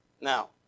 Now